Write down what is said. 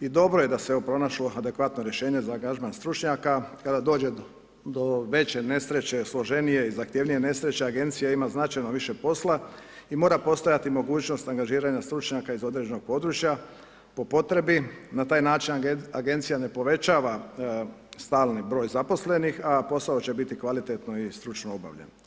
i dobro da se ovo pronašlo, adekvatno rješenje za angažman stručnjaka, kada dođe do veće nesreće, složenije i zahtjevnije nesreće, agencija ima značajno više posla i mora postojati mogućnost angažiranja stručnjaka iz određenog područja, po potrebi, na taj način agencija povećava stalni br. zaposlenih a posao će biti kvalitetno i stručno obavljen.